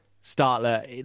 startler